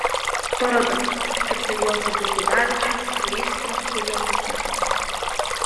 paroda skirta juozapui gudavičiui paįstrio bibliotekoje